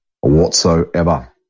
whatsoever